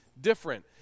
different